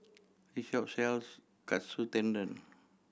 this shop sells Katsu Tendon